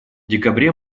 декабре